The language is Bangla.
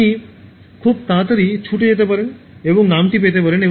আপনি খুব তাড়াতাড়ি ছুটে যেতে পারেন এবং নামটি পেতে পারেন